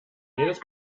jedes